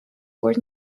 were